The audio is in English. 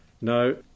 No